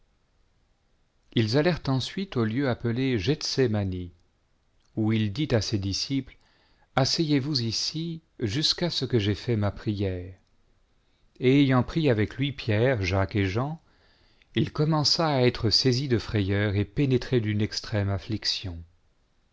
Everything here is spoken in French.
ils allèrent ensuite au lieu appelé gethsémani où il dit à ses disciples asseyezvous ici jusqu'à ce que j'aie fait ma prière et ayant pris avec lui pierre jacques et jean il commença à être saisi de frayeur et pénétré d'une extrême